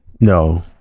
No